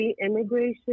Immigration